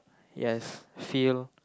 yes feel